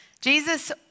Jesus